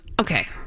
Okay